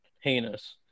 heinous